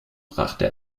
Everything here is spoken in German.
brachte